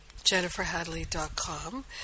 jenniferhadley.com